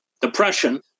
Depression